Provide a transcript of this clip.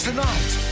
Tonight